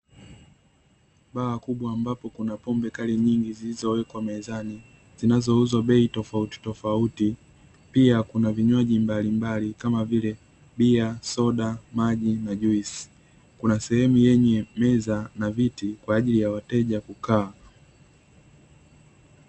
Baa kubwa ambapo kuna pombe kali nyingi zilizowekwa mezani, zinazouzwa bei tofauti tofauti, pia kuna vinywaji mbalimbali kama vile; bia, soda, maji na juisi. Kuna sehemu yenye meza na viti kwa ajili ya wateja kukaa.